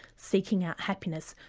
seeking out happiness,